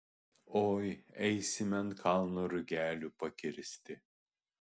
oi eisime ant kalno rugelių pakirsti